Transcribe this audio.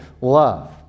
love